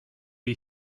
wie